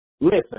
Listen